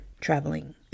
traveling